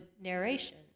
narration